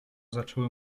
zaczęły